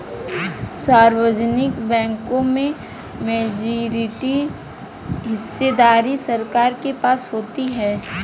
सार्वजनिक बैंकों में मेजॉरिटी हिस्सेदारी सरकार के पास होती है